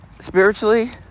spiritually